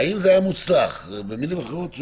האם זה היה מוצלח, במילים אחרות?